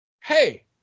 Hey